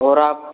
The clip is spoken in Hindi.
और आप